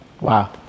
Wow